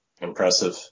Impressive